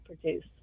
produce